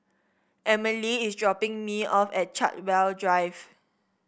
Emilie is dropping me off at Chartwell Drive